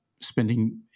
spending